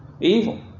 Evil